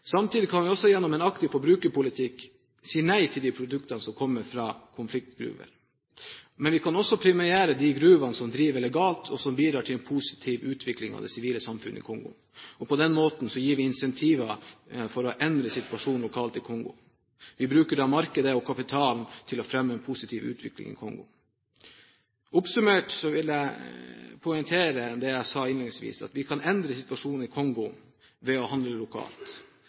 Samtidig kan vi også gjennom en aktiv forbrukerpolitikk si nei til de produktene som kommer fra konfliktgruver. Men vi kan også premiere de gruvene som driver legalt, og som bidrar til en positiv utvikling av det sivile samfunnet i Kongo. På den måten gir vi incentiver til å endre situasjonen lokalt i Kongo. Vi bruker da markedet og kapitalen til å fremme en positiv utvikling i Kongo. Oppsummert vil jeg poengtere det jeg sa innledningsvis – at vi kan endre situasjonen i Kongo ved å handle lokalt.